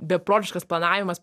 beprotiškas planavimas